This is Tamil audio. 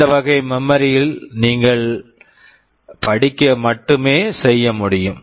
இந்த வகை மெமரி memory யிலிருந்து படிக்க மட்டுமே செய்ய முடியும்